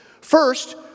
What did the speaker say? First